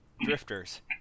Drifters